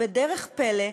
בדרך פלא,